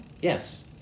Yes